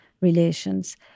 relations